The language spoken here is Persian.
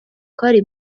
کاری